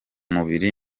mubiri